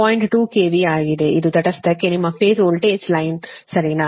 2 KV ಆಗಿದೆ ಇದು ತಟಸ್ಥಕ್ಕೆ ನಿಮ್ಮ ಫೇಸ್ ವೋಲ್ಟೇಜ್ ಲೈನ್ ಸರಿನಾ